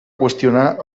qüestionar